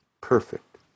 perfect